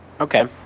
Okay